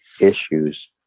issues